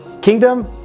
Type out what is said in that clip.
Kingdom